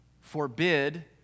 forbid